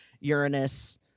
Uranus